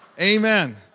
Amen